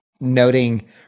noting